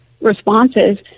responses